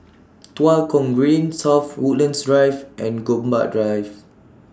Tua Kong Green South Woodlands Drive and Gombak Drive